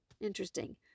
interesting